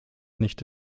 nicht